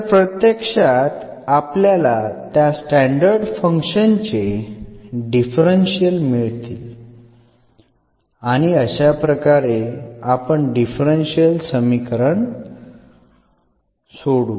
तर प्रत्यक्षात आपल्याला त्या स्टॅंडर्ड फंक्शन्स चे डिफरन्शियल मिळतील आणि अशा प्रकारे आपण डिफरन्शियल समीकरण सोडवू